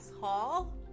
Hall